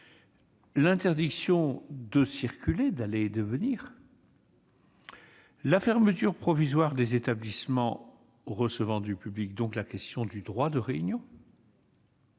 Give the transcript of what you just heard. l'interdiction de circuler, d'aller et de venir, la fermeture provisoire des établissements recevant du public, ce qui pose la question du droit de réunion,